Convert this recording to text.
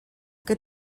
good